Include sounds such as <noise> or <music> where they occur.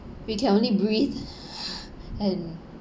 we can only breath <breath> and